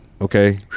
okay